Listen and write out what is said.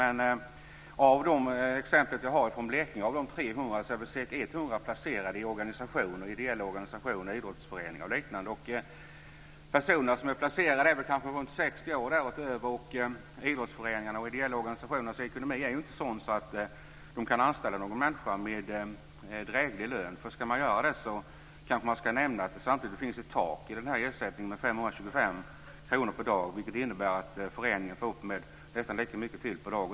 Men i exemplet från Blekinge har vi sett att av de 300 är 100 placerade i organisationer, ideella organisationer, idrottsföreningar osv. De personer som är placerade där är runt 60 år och däröver. Idrottsföreningarnas och de ideella organisationernas ekonomi är ju inte sådan att de kan anställa någon människa med dräglig lön. Jag kanske ska nämna att det samtidigt finns ett tak i ersättningen med 525 kr per dag, vilket innebär att föreningen får gå in med nästan lika mycket till per dag.